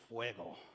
fuego